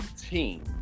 team